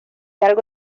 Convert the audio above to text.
algo